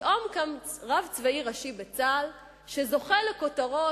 פתאום רב צבאי ראשי בצה"ל שזוכה לכותרות